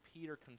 Peter